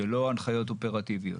אלה לא הנחיות אופרטיביות.